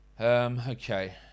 Okay